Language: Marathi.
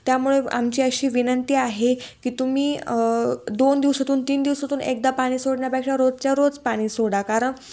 त्यामुळे आमची अशी विनंती आहे की तुम्ही दोन दिवसातून तीन दिवसातून एकदा पाणी सोडण्यापेक्षा रोजच्या रोज पाणी सोडा कारण